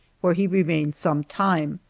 where he remained some time,